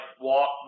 walk